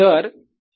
Dfree D